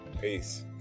Peace